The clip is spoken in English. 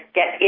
get